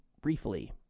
briefly